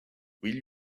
will